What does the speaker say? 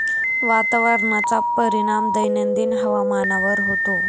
वातावरणाचा परिणाम दैनंदिन हवामानावर होतो